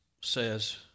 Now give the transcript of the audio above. says